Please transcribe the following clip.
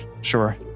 sure